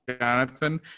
jonathan